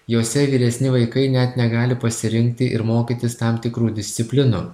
jose vyresni vaikai net negali pasirinkti ir mokytis tam tikrų disciplinų